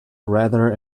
rather